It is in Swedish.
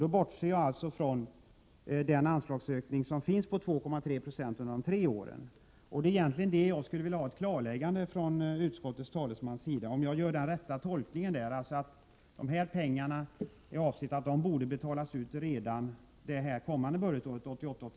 Då bortser jag från anslagsökningen på 2,3 20 under de tre åren. Jag undrar alltså om det är en riktig tolkning att de här pengarna skall betalas ut redan under budgetåret 1988/89.